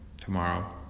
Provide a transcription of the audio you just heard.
tomorrow